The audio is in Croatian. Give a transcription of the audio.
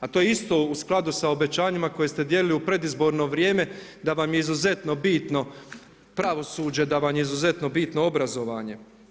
A to je isto u skladu sa obećanjima koje ste dijelili u predizborno vrijeme da vam je izuzetno bitno pravosuđe, da vam je izuzetno bitno obrazovanje.